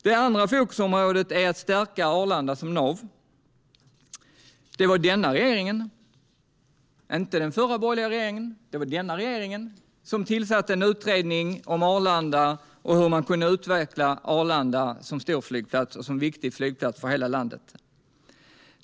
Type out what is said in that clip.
Det andra fokusområdet är att stärka Arlanda som nav. Det var denna regering, inte den förra borgerliga regeringen, som tillsatte en utredning om Arlanda och hur man kunde utveckla Arlanda som storflygplats och viktig flygplats för hela landet.